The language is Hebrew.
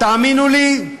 תאמינו לי,